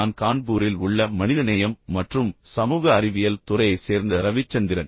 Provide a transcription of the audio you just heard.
நான் கான்பூரில் உள்ள மனிதநேயம் மற்றும் சமூக அறிவியல் துறையைச் சேர்ந்த ரவிச்சந்திரன்